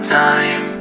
time